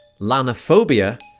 Lanophobia